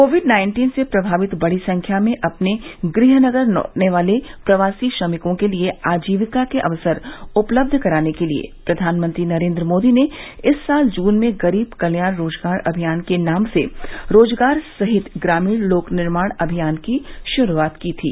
Covid nineteen से प्रभावित बड़ी संख्या में अपने गृहनगर लौटने वाले प्रवासी श्रमिकों के लिए आजीविका के अवसर उपलब्ध कराने के लिए प्रधानमंत्री नरेंद्र मोदी ने इस साल जून में गरीब कल्याण रोजगार अभियान के नाम से रोजगार सहित ग्रामीण लोक निर्माण अभियान की शुरूआत की थी